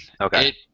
Okay